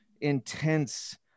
intense